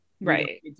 right